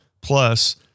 Plus